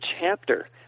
chapter